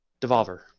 Devolver